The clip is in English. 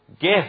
gift